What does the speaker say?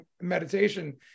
meditation